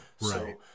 Right